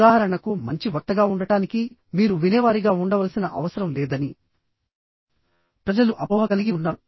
ఉదాహరణకు మంచి వక్తగా ఉండటానికి మీరు వినేవారిగా ఉండవలసిన అవసరం లేదని ప్రజలు అపోహ కలిగి ఉన్నారు